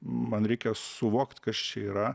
man reikia suvokt kas čia yra